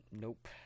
nope